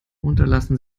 unterlassen